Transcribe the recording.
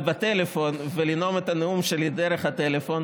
בטלפון ולנאום את הנאום שלי דרך הטלפון,